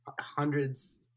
hundreds